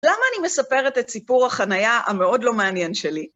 למה אני מספרת את סיפור החנייה המאוד לא מעניין שלי?